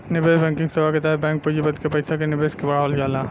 निवेश बैंकिंग सेवा के तहत बैंक पूँजीपति के पईसा के निवेश के बढ़ावल जाला